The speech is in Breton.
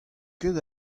ket